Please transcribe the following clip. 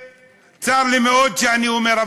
וצר לי מאוד שאני אומר,